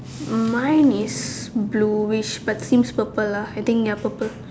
um mine is bluish but seems purple lah I think ya purple